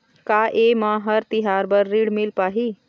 का ये म हर तिहार बर ऋण मिल पाही?